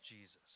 Jesus